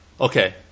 Okay